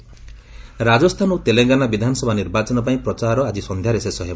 campaigning Rajasthan ଓ ତେଲଙ୍ଗାନା ବିଧାନସଭା ନିର୍ବାଚନ ପାଇଁ ପ୍ରଚାର ଆଜି ସନ୍ଧ୍ୟାରେ ଶେଷ ହେବ